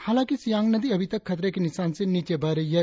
हालाकि सियांग नदी अभीतक खतरे के निसान से नीचे बह रही है